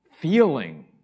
feeling